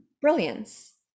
brilliance